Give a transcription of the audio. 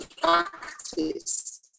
practice